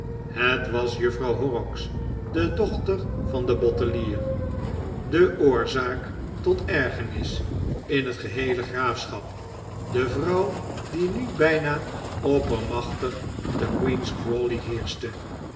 het was juffrouw horrocks de dochter van den bottelier de oorzaak tot ergernis in het geheele graafschap de vrouw die nu bijna oppermachtig te queen's crawley heerschte